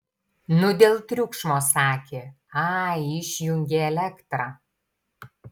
nu dėl triukšmo sakė ai išjungė elektrą